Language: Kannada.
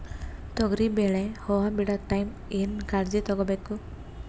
ತೊಗರಿಬೇಳೆ ಹೊವ ಬಿಡ ಟೈಮ್ ಏನ ಕಾಳಜಿ ತಗೋಬೇಕು?